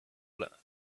planet